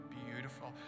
beautiful